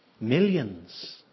millions